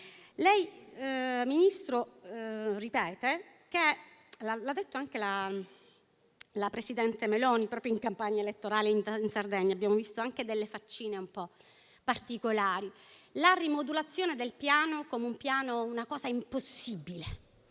Ministro, ripete - l'ha detto anche la presidente Meloni in campagna elettorale in Sardegna e abbiamo visto anche delle faccine un po' particolari - che la rimodulazione del Piano sia stata una cosa impossibile,